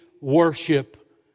worship